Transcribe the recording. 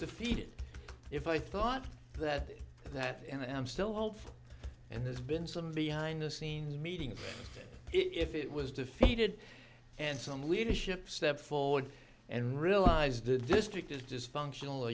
defeated if i thought that that and i'm still hopeful and there's been some behind the scenes meeting if it was defeated and some leadership step forward and realize the district is dysfunctional